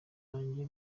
wanjye